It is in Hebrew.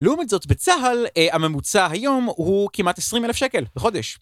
לעומת זאת בצה"ל הממוצע היום הוא כמעט 20,000 שקל בחודש.